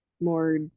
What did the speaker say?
more